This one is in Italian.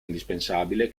indispensabile